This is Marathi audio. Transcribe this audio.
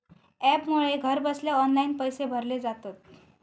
ॲपमुळे घरबसल्या ऑनलाईन पैशे भरले जातत